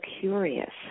curious